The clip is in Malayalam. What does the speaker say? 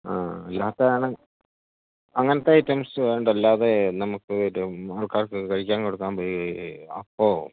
ആ അല്ലാത്തതാണ് അങ്ങനത്തെ ഐറ്റംസ് വേണ്ട അല്ലാതെ നമുക്ക് ഒരു ആൾക്കാർക്ക് കഴിക്കാൻ കൊടുക്കാൻ അപ്പോൾ